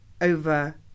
over